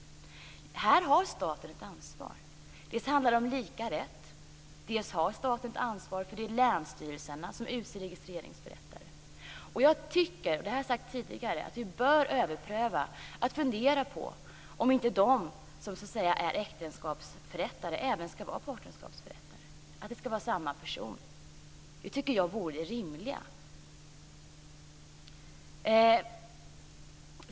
Här har staten ett ansvar. Det handlar om lika rätt. Staten har ett ansvar, eftersom det är länsstyrelserna som utser registreringsförrättare. Jag tycker - och det har jag sagt tidigare - att man bör fundera över om inte de som är äktenskapsförrättare även skall kunna vara partnerskapsförrättare, att det kan vara samma person. Det vore det rimliga.